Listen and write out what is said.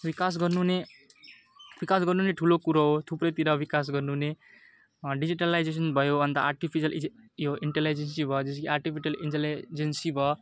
विकास गर्नु नै विकास गर्नु नै ठुलो कुरो हो थुप्रैतिर विकास गर्नु नै डिजिटलाइजेसन भयो अन्त आर्टिफिसियल यो इन्टिलिजेन्स भयो जस्तो कि आर्टिफिसियल इन्टिलिजेन्स भयो